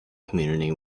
community